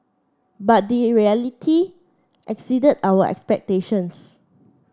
but the reality exceeded our expectations